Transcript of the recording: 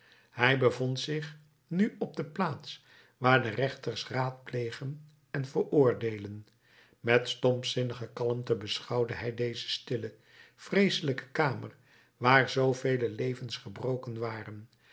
hij bevond zich nu op de plaats waar de rechters raadplegen en veroordeelen met stompzinnige kalmte beschouwde hij deze stille vreeselijke kamer waar zoo vele levens gebroken waren